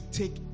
take